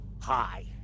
hi